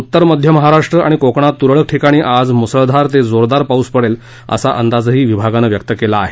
उत्तर मध्य महाराष्ट्र आणि कोकणात तुरळक ठिकाणी आज मुसळधार ते जोरदार पाऊस पडेल असा अंदाजही विभागानं व्यक्त केला आहे